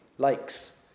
likes